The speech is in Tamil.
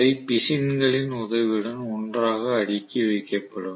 அவை பிசின்களின் உதவியுடன் ஒன்றாக அடுக்கி வைக்கப்படும்